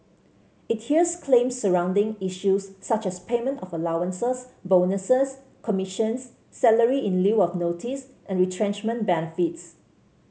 it hears claims surrounding issues such as payment of allowances bonuses commissions salary in lieu of notice and retrenchment benefits